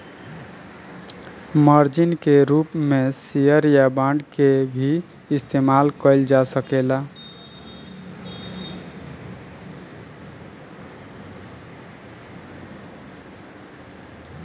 margin के रूप में शेयर या बांड के भी इस्तमाल कईल जा सकेला